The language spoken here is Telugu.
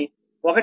0 p